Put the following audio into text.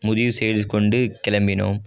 முடிவு செய்து கொண்டு கிளம்பினோம்